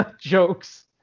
jokes